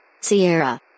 Sierra